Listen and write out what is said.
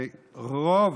ורוב,